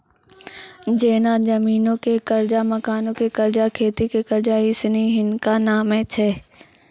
जेना जमीनो के कर्जा, मकानो के कर्जा, खेती के कर्जा इ सिनी हिनका नामे छै